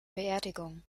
beerdigung